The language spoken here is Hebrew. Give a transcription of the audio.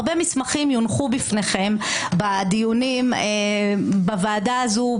הרבה מסמכים יונחו בפניכם בדיונים בוועדה הזאת,